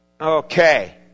Okay